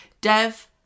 Dev